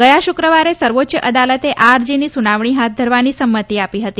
ગયા શૂક્રવારે સર્વોચ્ચ અદાલતે આ અરજીની સુનાવણી હાથ ધરવાની સંમતી આપી હતી